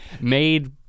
made